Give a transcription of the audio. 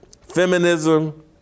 feminism